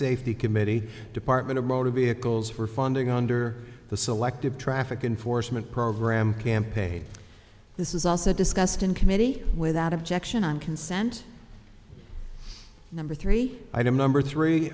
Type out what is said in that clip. safety committee department of motor vehicles for funding under the selective traffic enforcement program campaign this is also discussed in committee without objection on consent number three item number three